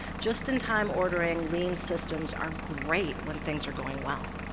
just-in-time ordering lean systems are great when things are going well,